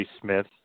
Smith